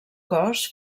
cos